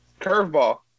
Curveball